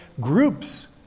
groups